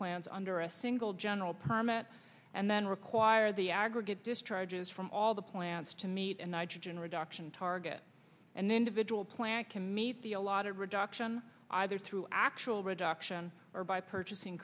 plants under a single general permit and then require the aggregate discharges from all the plants to meet a nitrogen reduction target and individual plant can meet the allotted reduction either through actual reduction or by purchasing